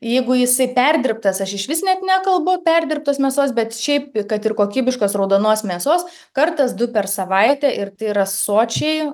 jeigu jisai perdirbtas aš išvis net nekalbu perdirbtos mėsos bet šiaip kad ir kokybiškas raudonos mėsos kartas du per savaitę ir tai yra sočiai